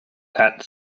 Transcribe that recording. that